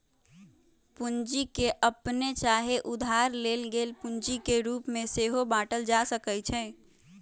पूंजी के अप्पने चाहे उधार लेल गेल पूंजी के रूप में सेहो बाटल जा सकइ छइ